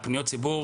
פניות ציבור